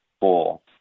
full